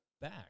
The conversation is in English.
back